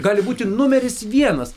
gali būti numeris vienas